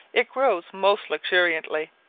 it grows most luxuriantly,